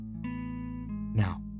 Now